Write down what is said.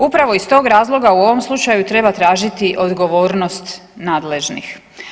Upravo iz tog razloga u ovom slučaju treba tražiti odgovornost nadležnih.